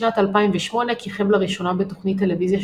בשנת 2008 כיכב לראשונה בתוכנית טלוויזיה